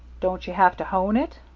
don't you have to hone it?